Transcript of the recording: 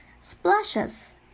Splashes